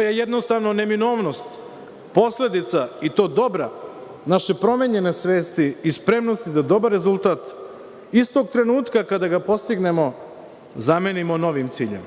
je, jednostavno, neminovnost, posledica i to dobra, naše promenjene svesti i spremnosti da dobar rezultat, istog trenutka kada ga postignemo, zamenimo novim ciljem.